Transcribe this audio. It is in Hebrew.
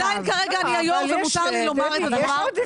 עדיין כרגע אני היו"ר ומותר לי לומר את הדבר.